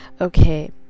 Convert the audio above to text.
Okay